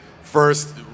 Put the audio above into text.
first